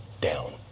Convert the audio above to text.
down